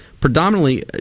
predominantly